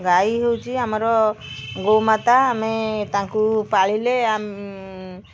ଗାଈ ହେଉଛି ଆମର ଗୋମାତା ଆମେ ତାଙ୍କୁ ପାଳିଲେ ଆମ